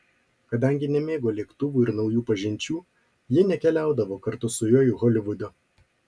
kadangi nemėgo lėktuvų ir naujų pažinčių ji nekeliaudavo kartu su juo į holivudą